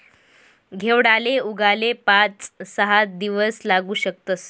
घेवडाले उगाले पाच सहा दिवस लागू शकतस